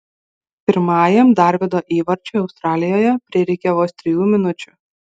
pirmajam darvydo įvarčiui australijoje prireikė vos trijų minučių